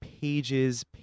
pages